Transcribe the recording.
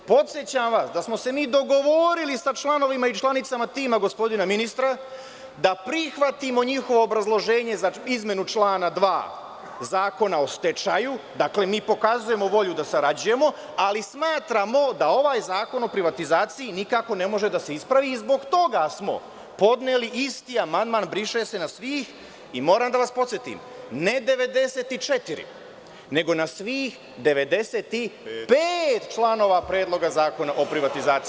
Podsećam vas da smo se mi dogovorili sa članovima i članicama tima gospodina ministra da prihvatimo njihovo obrazloženje za izmenu člana 2. Zakona o stečaju, dakle, mi pokazujemo volju da sarađujemo, ali smatramo da ovaj Zakon o privatizaciji nikako ne može da se ispravi i zbog toga smo podneli isti amandman, „briše se na svih“ i moram da vas podsetim, ne 94, nego na svih 95 članova Predloga zakona o privatizaciji.